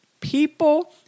people